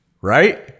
Right